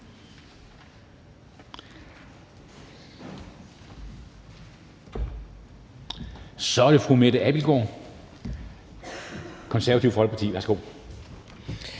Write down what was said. Så er det fru Mette Abildgaard, Det Konservative Folkeparti. Værsgo.